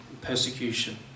persecution